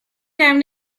down